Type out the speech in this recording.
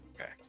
Okay